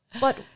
But-